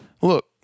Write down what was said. look